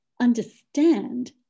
understand